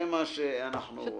זה מה שאנחנו עושים.